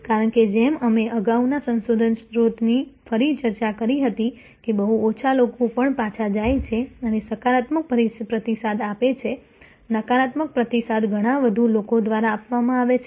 કારણ કે જેમ અમે અગાઉના સંશોધન સ્ત્રોતની ફરી ચર્ચા કરી હતી કે બહુ ઓછા લોકો પણ પાછા જાય છે અને સકારાત્મક પ્રતિસાદ આપે છે નકારાત્મક પ્રતિસાદ ઘણા વધુ લોકો દ્વારા આપવામાં આવે છે